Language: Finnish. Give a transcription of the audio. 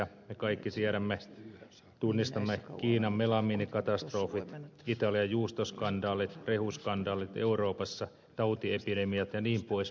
me kaikki tiedämme ja tunnistamme kiinan melamiinikatastrofit italian juustoskandaalit rehuskandaalit euroopassa tautiepidemiat jnp